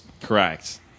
Correct